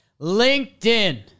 LinkedIn